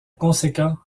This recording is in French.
conséquent